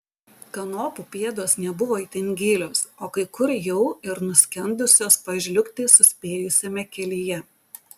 kanopų pėdos nebuvo itin gilios o kai kur jau ir nuskendusios pažliugti suspėjusiame kelyje